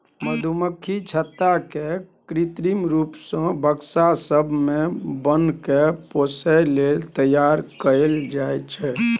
मधुमक्खी छत्ता केँ कृत्रिम रुप सँ बक्सा सब मे बन्न कए पोसय लेल तैयार कयल जाइ छै